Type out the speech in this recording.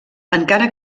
encara